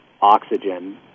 oxygen